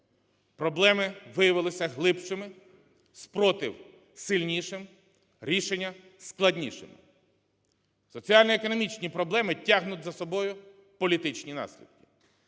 Проблеми виявилися глибшими, спротив сильнішим, рішення складнішим. Соціально-економічні проблеми тягнуть за собою політичні наслідки.